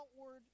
outward